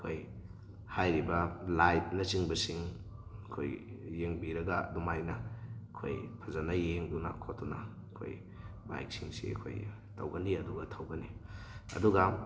ꯑꯩꯈꯣꯏ ꯍꯥꯏꯔꯤꯕ ꯂꯥꯏꯠꯅꯆꯤꯡꯕꯁꯤꯡ ꯑꯩꯈꯣꯏ ꯌꯦꯡꯕꯤꯔꯒ ꯑꯗꯨꯃꯥꯏꯅ ꯑꯩꯈꯣꯏ ꯐꯖꯅ ꯌꯦꯡꯗꯨꯅ ꯈꯣꯠꯇꯅ ꯑꯩꯈꯣꯏ ꯕꯥꯏꯛꯁꯤꯡꯁꯤ ꯑꯩꯈꯣꯏ ꯇꯧꯒꯅꯤ ꯑꯗꯨꯒ ꯊꯧꯒꯅꯤ ꯑꯗꯨꯒ